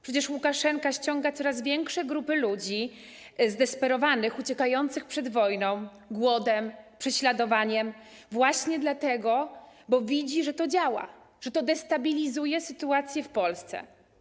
Przecież Łukaszenka ściąga coraz większe grupy ludzi zdesperowanych, uciekających przed wojną, głodem, prześladowaniem właśnie dlatego, bo widzi, że to działa, że to destabilizuje sytuację w Polsce.